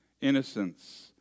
innocence